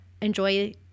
enjoy